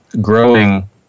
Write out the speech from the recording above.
growing